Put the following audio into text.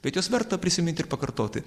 bet juos verta prisiminti ir pakartoti